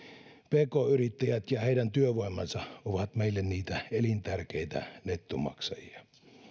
pk yrittäjät ja heidän työvoimansa ovat meille niitä elintärkeitä nettomaksajia